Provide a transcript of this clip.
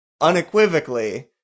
unequivocally